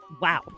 Wow